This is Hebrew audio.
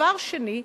דבר שני,